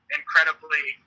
incredibly